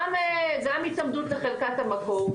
גם הצמדות לחלקת המקור,